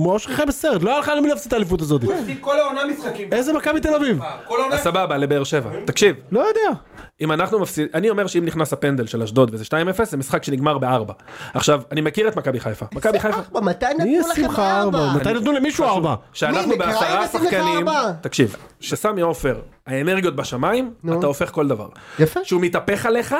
כמו שחי בסרט לא היה לך למי להפסיד את האליפות הזאת, איזה מכבי תל אביב, אז סבבה לבאר שבע, תקשיב, לא יודע, אני אומר שאם נכנס הפנדל של אשדוד וזה 2-0 זה משחק שנגמר בארבע, עכשיו אני מכיר את מכבי חיפה, מתי נתנו למישהו ארבע, שאנחנו בעשרה שחקנים, תקשיב שסמי עופר האנרגיות בשמיים אתה הופך כל דבר, שהוא מתהפך עליך